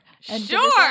Sure